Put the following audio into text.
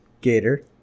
Gator